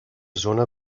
zona